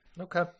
okay